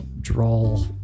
drawl